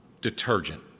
detergent